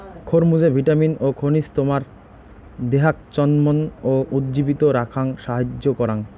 খরমুজে vitamin ও খনিজ তোমার দেহাক চনমন ও উজ্জীবিত রাখাং সাহাইয্য করাং